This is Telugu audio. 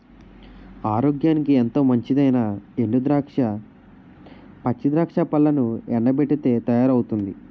ఆరోగ్యానికి ఎంతో మంచిదైనా ఎండు ద్రాక్ష, పచ్చి ద్రాక్ష పళ్లను ఎండబెట్టితే తయారవుతుంది